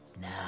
Now